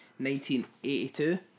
1982